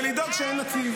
-- ולדאוג שאין נציב.